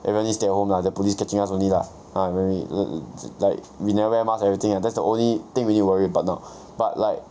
everybody stay at home lah the police catching us only lah ah rightlike we never wear mask everything right that's the only thing we need to worry about now but like